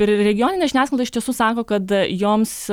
ir regioninė žiniasklaida iš tiesų sako kad joms